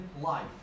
life